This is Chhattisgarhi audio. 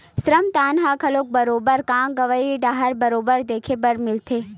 श्रम दान ह घलो बरोबर गाँव गंवई डाहर बरोबर देखे बर मिलथे